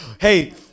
hey